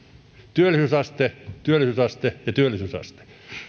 työllisyysaste työllisyysaste ja työllisyysaste